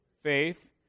faith